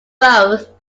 both